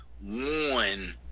one